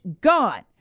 gone